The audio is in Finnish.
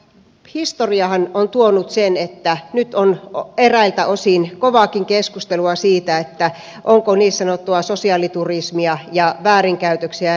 historiahan on tuonut sen että nyt on eräiltä osin kovaakin keskustelua siitä onko niin sanottua sosiaaliturismia ja väärinkäytöksiä ja minkä verran